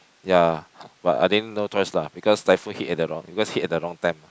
ya but I think no choice lah because typhoon hit at the wrong because hit at the wrong time ah